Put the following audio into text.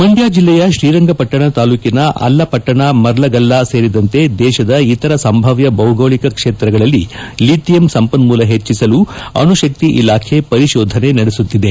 ಮಂಡ್ದ ಜಿಲ್ಲೆಯ ತ್ರೀರಂಗಪಟ್ಟಣ ತಾಲೂಕಿನ ಅಲ್ಲಪಟ್ಟಣ ಮರ್ಲಗಲ್ಲಾ ಸೇರಿದಂತೆ ದೇಶದ ಇತರ ಸಂಭಾವ್ಯ ಭೌಗೋಳಕ ಕ್ಷೇತ್ರಗಳಲ್ಲಿ ಲಿಥಿಯಂ ಸಂಪನ್ನೂಲ ಹೆಚ್ಚಿಸಲು ಅಣುಶಕ್ತಿ ಇಲಾಖೆ ಪರಿಶೋಧನೆ ನಡೆಸುತ್ತಿದೆ